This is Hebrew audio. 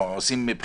עושים לו בחינות,